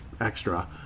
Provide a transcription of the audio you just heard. extra